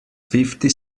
fifty